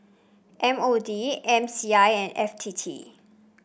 M O D M C I and F T T